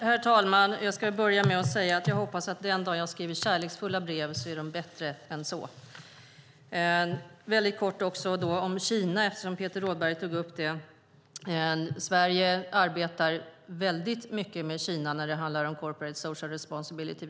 Herr talman! Den dag jag skriver kärleksfulla brev är de bättre än så, hoppas jag. Jag ska säga något kort om Kina, eftersom Peter Rådberg tog upp det. Sverige arbetar väldigt mycket med Kina när det handlar om Corporate Social Responsibility.